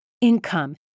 income